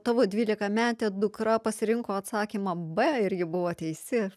tavo dvylikametė dukra pasirinko atsakymą b ir ji buvo teisi